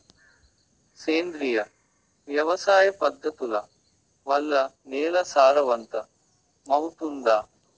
సేంద్రియ వ్యవసాయ పద్ధతుల వల్ల, నేల సారవంతమౌతుందా?